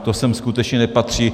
To sem skutečně nepatří.